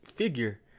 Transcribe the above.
figure